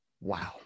Wow